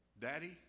daddy